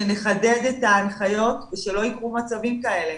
שנחדד את ההנחיות ושלא יהיו מצבים כאלו.